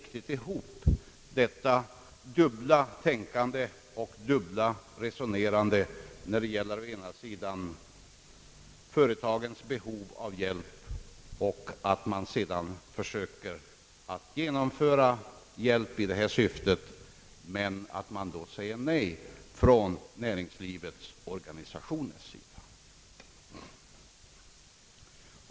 Detta dubbla tänkande och dubbla resonerande går icke riktigt ihop. Vi har å ena sidan företagens behov av hjälp, men när man å andra sidan försöker att lämna hjälp i detta syfte säger näringslivets organisationer nej.